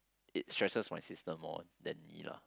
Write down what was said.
it stresses my sister more than me lah